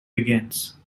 begins